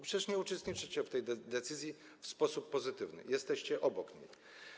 Przecież nie uczestniczycie w tej decyzji w sposób pozytywny, jesteście obok niej.